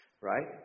right